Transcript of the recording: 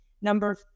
number